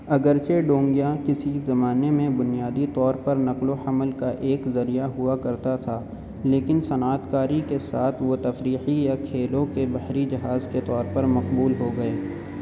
اگرچہ ڈونگیاں کسی زمانے میں بنیادی طور پر نقل و حمل کا ایک ذریعہ ہوا کرتا تھا لیکن صنعت کاری کے ساتھ وہ تفریحی یا کھیلوں کے بحری جہاز کے طور پر مقبول ہو گئے